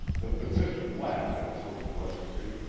the physician laughed at his own pleasantry,